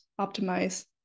optimize